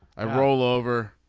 i roll over.